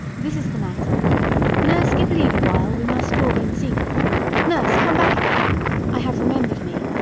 this is the matter nurse, give leave awhile, we must talk in secret nurse, come back again i have remember'd me,